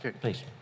please